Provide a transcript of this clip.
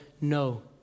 No